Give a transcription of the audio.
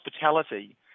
hospitality